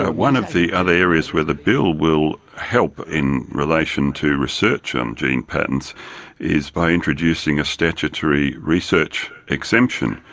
ah one of the other areas where the bill will help in relation to research on gene patents is by introducing a statutory research exemption.